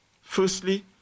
Firstly